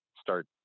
start